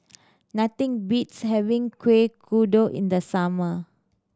nothing beats having Kueh Kodok in the summer